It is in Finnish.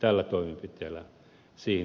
tällä toimenpiteellä siihen tavoitteeseen päästään